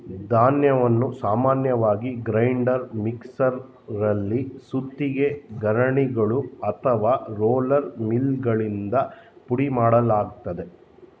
ಧಾನ್ಯವನ್ನು ಸಾಮಾನ್ಯವಾಗಿ ಗ್ರೈಂಡರ್ ಮಿಕ್ಸರಲ್ಲಿ ಸುತ್ತಿಗೆ ಗಿರಣಿಗಳು ಅಥವಾ ರೋಲರ್ ಮಿಲ್ಗಳಿಂದ ಪುಡಿಮಾಡಲಾಗ್ತದೆ